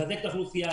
לחזק את האוכלוסייה,